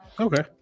Okay